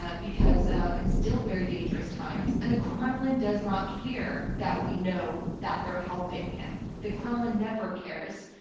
ah because it's still very dangerous times, and the kremlin does not care that we know that they're helping him. the kremlin never cares.